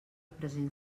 present